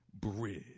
bridge